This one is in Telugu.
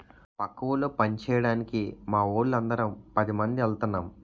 పక్క ఊళ్ళో పంచేయడానికి మావోళ్ళు అందరం పదిమంది ఎల్తన్నం